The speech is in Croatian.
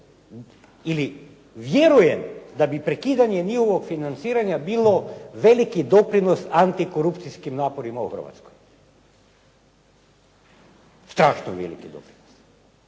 ili vjerujem da bi prekidanje njihovog financiranja bilo veliki doprinos antikorupcijskim naporima u Hrvatskoj. Strašno veliki doprinos.